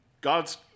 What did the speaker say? God's